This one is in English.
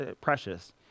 precious